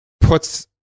puts